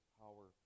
power